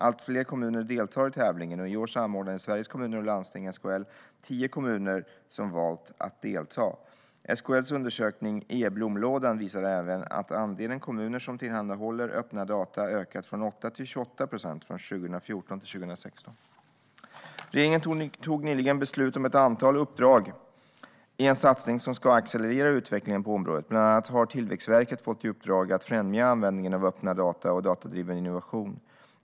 Allt fler kommuner deltar i tävlingen, och i år samordnade Sveriges Kommuner och Landsting, SKL, tio kommuner som valt att delta. SKL:s undersökning E-blomlådan visar även att andelen kommuner som tillhandahåller öppna data ökat från 8 till 28 procent från 2014 till 2016. Regeringen tog nyligen beslut om ett antal uppdrag i en satsning som ska accelerera utvecklingen på området. Bland annat har Tillväxtverket fått i uppdrag att främja användningen av öppna data och datadriven innovation.